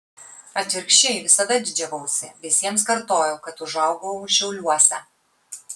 atvirkščiai visada didžiavausi visiems kartojau kad užaugau šiauliuose